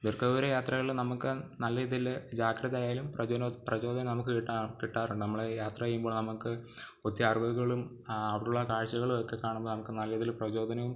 ദീർഘ ദൂര യാത്രകൾ നമുക്ക് നല്ല ഇതിൽ ജാഗ്രതയായാലും പ്രജോന പ്രചോദനം നമുക്ക് കിട്ടുക കിട്ടാറുണ്ട് നമ്മൾ യാത്ര ചെയുമ്പോൾ നമുക്ക് ഒത്തിരി അറിവുകളും അവിടെയുള്ള കാഴ്ച്ചകളും ഒക്കെ കാണുമ്പം നമുക്ക് നല്ല രീതിയിൽ പ്രചോദനവും